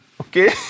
okay